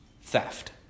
theft